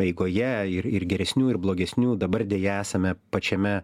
eigoje ir ir geresnių ir blogesnių dabar deja esame pačiame